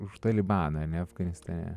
už talibaną ane afganistane